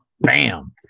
Bam